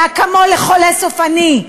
זה אקמול לחולה סופני.